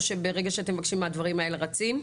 שברגע שאתם מבקשים הדברים האלה רצים.